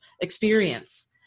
experience